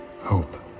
Hope